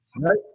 Right